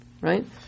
right